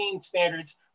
standards